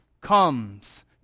comes